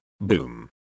Boom